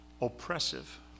oppressive